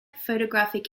photographic